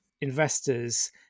investors